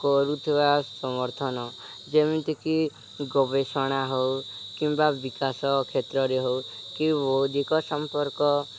କରୁଥିବା ସମର୍ଥନ ଯେମିତିକି ଗବେଷଣା ହଉ କିମ୍ବା ବିକାଶ କ୍ଷେତ୍ରରେ ହଉ କି ବୌଦ୍ଧିକ ସମ୍ପର୍କ